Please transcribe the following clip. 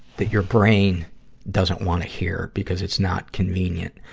that your brain doesn't wanna hear because it's not convenient.